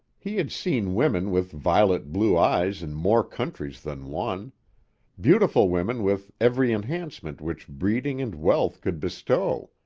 he had seen women with violet-blue eyes in more countries than one beautiful women with every enhancement which breeding and wealth could bestow.